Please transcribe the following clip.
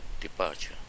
departure